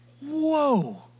whoa